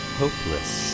hopeless